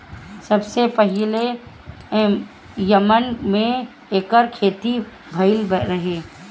सबसे पहिले यमन में एकर खेती भइल रहे